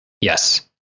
Yes